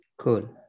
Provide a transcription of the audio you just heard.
Cool